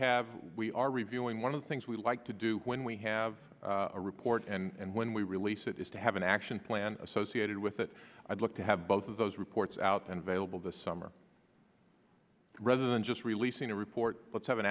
have we are reviewing one of the things we like to do when we have a report and when we release it is to have an action plan associated with it i'd like to have both of those reports out and vailable this summer rather than just releasing a report let's have an